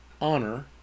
honor